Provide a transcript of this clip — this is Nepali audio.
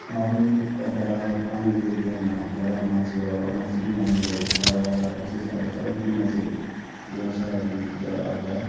अरू यता पानी एरियामा जगामा चाहिँ अब अलैँची लगाउने गरेको छ र विशेष अब चल्तीमा चाहिँ व्यवसायको निम्ति चाहिँ अब अदुवा